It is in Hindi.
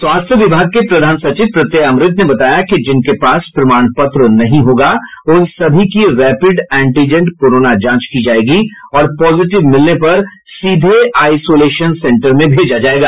स्वास्थ्य विभाग के प्रधान सचिव प्रत्यय अमृत ने बताया कि जिनके पास प्रमाण पत्र नहीं होगा उन सभी की रैपिड इंटिजन कोरोना जांच की जायेगी और पॉजिटिव मिलने पर सीधे आइसोलेशन सेंटर में भेजा जायेगा